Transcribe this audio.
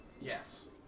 yes